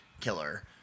killer